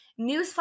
newsflash